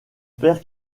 père